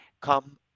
come